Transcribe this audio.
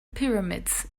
pyramids